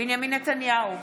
בנימין נתניהו,